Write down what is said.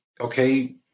okay